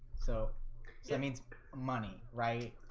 so that means money right?